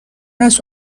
است